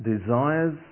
desires